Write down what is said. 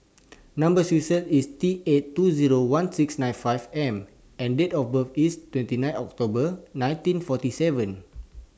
Number sequence IS T eight two Zero one six nine five M and Date of birth IS twenty nine October nineteen forty seven